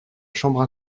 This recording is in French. chambre